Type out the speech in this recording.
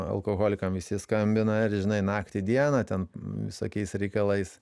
alkoholikam visi skambina ir žinai naktį dieną ten visokiais reikalais